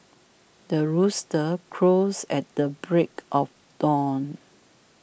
the rooster crows at the break of dawn